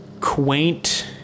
quaint